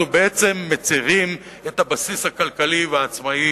אנחנו בעצם מצרים את הבסיס הכלכלי והעצמאי